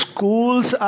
Schools